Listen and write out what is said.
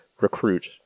recruit